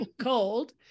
cold